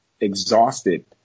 exhausted